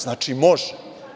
Znači, može!